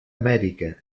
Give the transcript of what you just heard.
amèrica